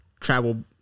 travel